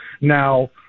Now